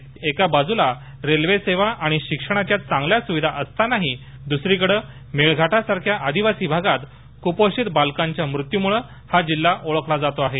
अमरावतीत एका बाजूला रेल्वेसेवा आणि शिक्षणाच्या चांगल्या सुविधा असतानाही मेळघाटासारख्या आदिवासी भागात दसरीकडे कुपोषित बालकांच्या मृत्युंमुळे हा जिल्हा ओळखला जातो आहे